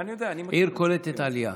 עיר קולטת עלייה.